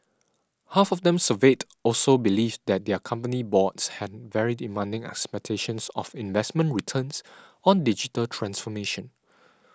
half of them surveyed also believed that their company boards had very demanding expectations of investment returns on digital transformation